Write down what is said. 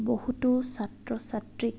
বহুতো ছাত্ৰ ছাত্ৰীক